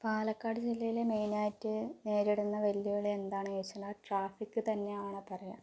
പാലക്കാട് ജില്ലയിൽ മെയിൻ ആയിട്ട് നേരിടുന്ന വെല്ലുവിളിയെന്താണെന്നു ചോദിച്ചെന്നാൽ ട്രാഫിക് തന്നെയാണ് പറയാൻ